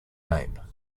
name